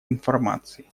информации